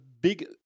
big